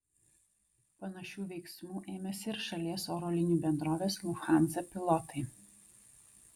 panašių veiksmų ėmėsi ir šalies oro linijų bendrovės lufthansa pilotai